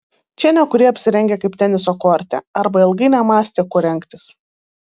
čia nekurie apsirengę kaip teniso korte arba ilgai nemąstė kuo rengtis